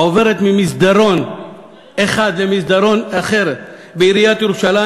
עוברת ממסדרון אחד למסדרון אחר בעיריית ירושלים.